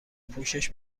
پوشش